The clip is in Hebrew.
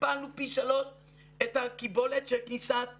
הכפלנו פי שלוש את הקיבולת של כניסת שיחות.